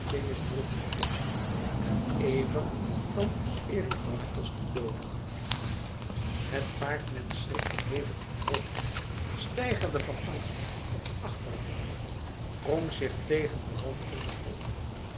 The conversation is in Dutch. droeg mij op den ever van erymanthos te dooden het paardmensch schrikte hevig omhoog steigerde van angst op de achterbeenen wrong zich tegen den wand van de grot